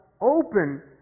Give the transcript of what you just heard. open